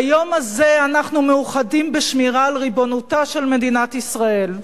ביום הזה אנחנו מאוחדים בשמירה על ריבונותה של מדינת ישראל.